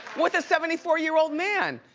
with a seventy four year old man.